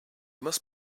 must